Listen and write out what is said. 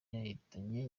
yahitanye